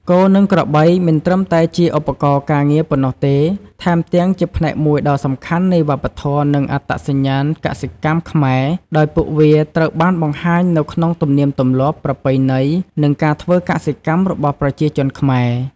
គោ និងក្របីមិនត្រឹមតែជាឧបករណ៍ការងារប៉ុណ្ណោះទេ ថែមទាំងជាផ្នែកមួយដ៏សំខាន់នៃវប្បធម៌ និងអត្តសញ្ញាណកសិកម្មខ្មែរ ដោយពួកវាត្រូវបានបង្ហាញនៅក្នុងទំនៀមទម្លាប់ ប្រពៃណី នៃការធ្វើកសិកម្មរបស់ប្រជាជនខ្មែរ។